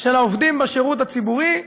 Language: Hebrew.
של העובדים בשירות הציבורי,